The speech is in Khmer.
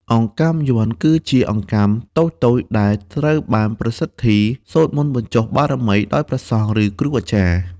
អង្កាំយ័ន្ត គឺជាគ្រាប់អង្កាំតូចៗដែលត្រូវបានប្រសិទ្ធី (សូត្រមន្តបញ្ចុះបារមី) ដោយព្រះសង្ឃ ឬគ្រូអាចារ្យ។